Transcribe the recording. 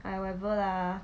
!aiya! whatever lah